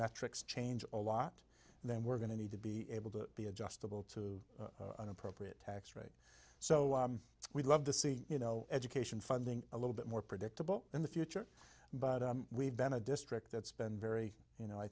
metrics change a lot then we're going to need to be able to be adjustable to an appropriate tax rate so we'd love to see you know education funding a little bit more predictable in the future but we've been a district that's been very you know i